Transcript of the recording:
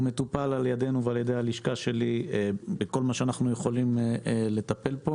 הוא מטופל על ידנו ועל ידי הלשכה שלי בכל מה שאנחנו יכולים לטפל בו.